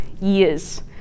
years